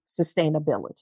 sustainability